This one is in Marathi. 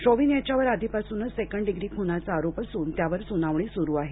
शोविन याच्यावर आधीपासूनच सेकंड डिग्री खूनाचा आरोप असून त्यावर सुनावणी सुरू आहे